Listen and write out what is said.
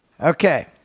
Okay